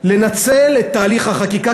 לנצל את תהליך החקיקה,